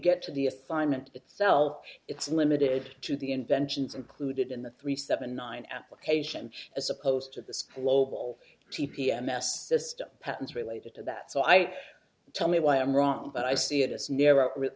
get to the a fine mint itself it's limited to the inventions included in the three seven nine application as opposed to this global t p m asked system patents related to that so i tell me why i'm wrong but i see it as never up with